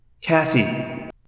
Cassie